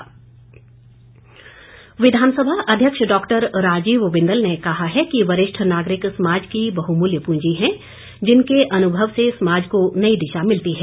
बिंदल विधानसभा अध्यक्ष डॉक्टर राजीव बिंदल ने कहा है कि वरिष्ठ नागरिक समाज की बहुमूल्य पूंजी है जिनके अनुभव से समाज को नई दिशा मिलती है